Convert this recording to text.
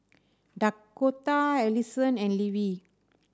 Dakotah Alyson and Levie